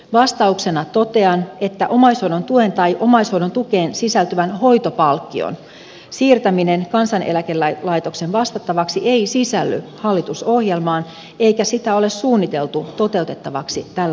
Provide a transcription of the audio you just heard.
vastauksena totean että omaishoidon tuen tai omaishoidon tukeen sisältyvän hoitopalkkion siirtäminen kansaneläkelaitoksen vastattavaksi ei sisälly hallitusohjelmaan eikä sitä ole suunniteltu toteutettavaksi tällä hallituskaudella